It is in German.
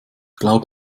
glaube